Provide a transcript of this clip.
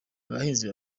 abahinzi